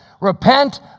Repent